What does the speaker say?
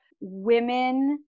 women